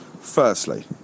Firstly